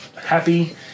happy